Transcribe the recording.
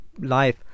life